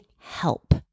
help